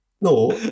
No